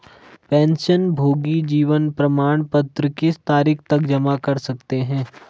पेंशनभोगी जीवन प्रमाण पत्र किस तारीख तक जमा कर सकते हैं?